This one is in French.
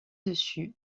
dessus